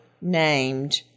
named